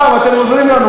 הפעם אתם עוזרים לנו.